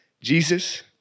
Jesus